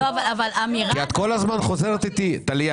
את כל הזמן חוזרת לתהליך